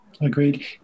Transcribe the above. Agreed